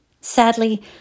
Sadly